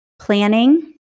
planning